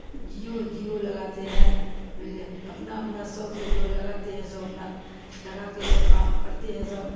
جیو جیو لگاتے ہے بلے اپنا اپنا شوق سے جو لگاتے ہیں سب اپنا لگاتے ہیں سب کام کرتے ہیں سب